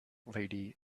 lady